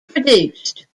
produced